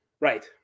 right